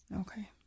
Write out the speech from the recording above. Okay